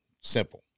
Simple